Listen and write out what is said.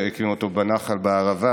הקים אותו בנחל בערבה,